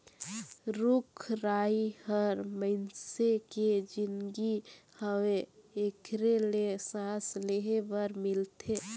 रुख राई हर मइनसे के जीनगी हवे एखरे ले सांस लेहे बर मिलथे